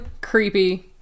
creepy